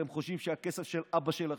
אתם חושבים שהכסף של אבא שלכם.